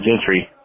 Gentry